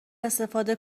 استفاده